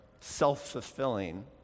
self-fulfilling